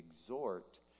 exhort